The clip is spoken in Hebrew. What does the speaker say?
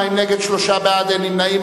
42 נגד, שלושה בעד, אין נמנעים.